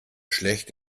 schlecht